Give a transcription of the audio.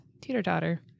teeter-totter